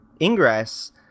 Ingress